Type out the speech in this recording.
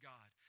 God